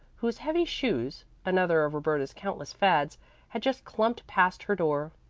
whose heavy shoes another of roberta's countless fads had just clumped past her door.